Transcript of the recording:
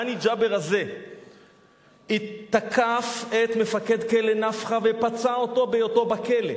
האני ג'אבר הזה תקף את מפקד כלא "נפחא" ופצע אותו בהיותו בכלא.